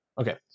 Okay